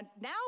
now